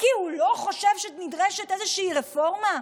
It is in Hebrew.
כי הוא לא חושב שנדרשת איזושהי רפורמה,